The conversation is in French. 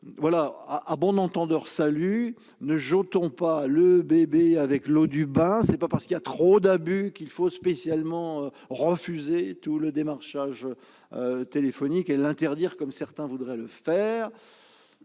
À bon entendeur salut ! Ne jetons pas le bébé avec l'eau du bain ! Ce n'est pas parce qu'il y a trop d'abus qu'il faut refuser tous les démarchages téléphoniques et les interdire, comme certains voudraient le faire.